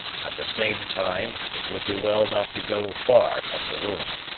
at the same time, it would be well not to go far from the room,